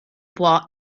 può